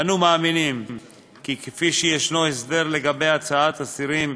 אנו מאמינים כי כפי שיש הסדר לגבי הצבעת אסירים